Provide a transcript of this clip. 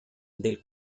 del